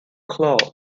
claude